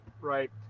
right